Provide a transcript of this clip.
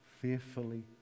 fearfully